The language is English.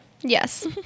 Yes